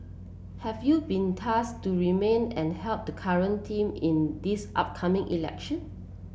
have you been task to remain and help the current team in this upcoming election